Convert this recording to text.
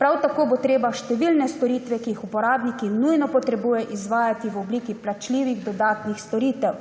Prav tako bo treba številne storitve, ki jih uporabniki nujno potrebujejo, izvajati v obliki plačljivih dodatnih storitev.